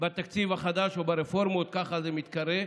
בתקציב החדש, או ברפורמות, כך זה מתקרא,